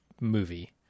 movie